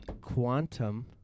Quantum